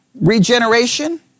Regeneration